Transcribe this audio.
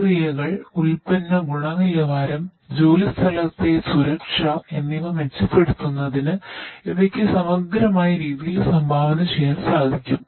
പ്രക്രിയകൾ ഉൽപ്പന്ന ഗുണനിലവാരം ജോലി സ്ഥലത്തെ സുരക്ഷ എന്നിവ മെച്ചപ്പെടുത്തുന്നതിന് ഇവയ്ക്കു സമഗ്രമായ രീതിയിൽ സംഭാവന ചെയ്യാൻ സാധിക്കും